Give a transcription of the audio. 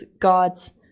God's